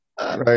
Right